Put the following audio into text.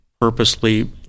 purposely